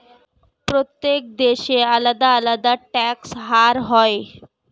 প্রত্যেক দেশে আলাদা আলাদা ট্যাক্স হার হয়